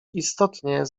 istotnie